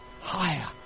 Higher